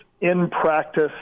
in-practice